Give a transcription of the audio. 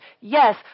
Yes